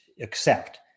accept